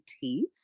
teeth